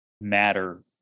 matter